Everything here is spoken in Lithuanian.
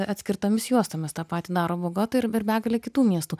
atskirtomis juostomis tą patį daro bogota ir ir begalė kitų miestų